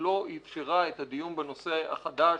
שלא אפשרה את הדיון בנושא החדש,